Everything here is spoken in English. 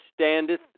standeth